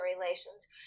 relations